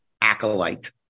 Acolyte